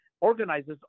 organizes